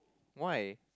why